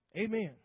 Amen